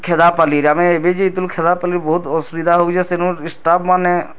ଖେଦାପାଲିର୍ ଆମେ ଏବେ ଯାଇଥିଲୁ ଖେଦାପାଲିର୍ ବହୁତ୍ ଅସୁବିଧା ହଉଛି ସେନୁ ଷ୍ଟାପ୍ମାନେ